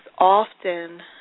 often –